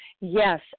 Yes